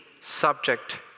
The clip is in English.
subject